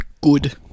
Good